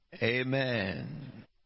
Amen